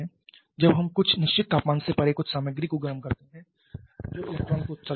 जब हम कुछ निश्चित तापमान से परे कुछ सामग्री को गर्म करते हैं जो इलेक्ट्रॉन का उत्सर्जन कर सकता है